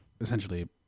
essentially